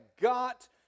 got